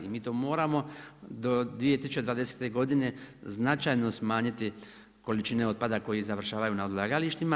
I mi to moramo do 2020. godine značajno smanjiti količine otpada koji završavaju na odlagalištima.